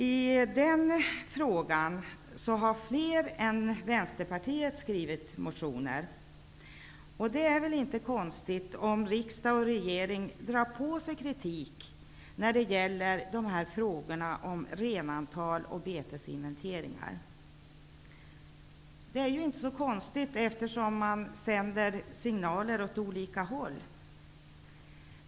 I den frågan har fler än Vänsterpartiet skrivit motioner. Det är väl inte konstigt, om riksdag och regering drar på sig kritik i frågan om renantal och betesinventeringar, eftersom man sänder signaler åt olika håll.